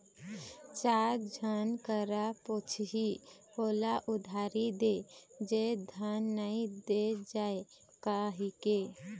चार झन करा पुछही ओला उधारी दे जाय धन नइ दे जाय कहिके